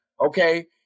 okay